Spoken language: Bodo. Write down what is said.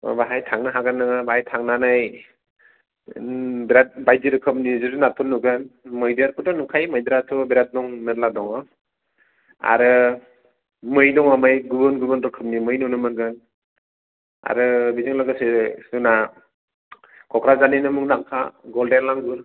बाहाय थांनो हागोन नोङो बाहाय थांनानै बिराथ बायदि रोखोमनि जिब जुनारफोर नुगोन मैदेरखौथ' नुखायो मैदेरआथ' बिराथ दं बिराथ मेरला दङ आरो मै दङ मै गुबुन गुबुन रोखोमनि मै नुनो मोनगोन आरो बेजों लोगोसे जोंना क'क्राझारनिनो मुंदांखा गलदेन लांगुर